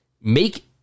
make